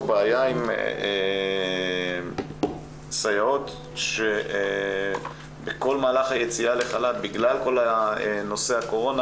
בעיה עם סייעות שבכל מהלך היציאה לחל"ת בגלל כל נושא הקורונה